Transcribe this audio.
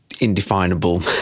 indefinable